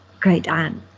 great-aunt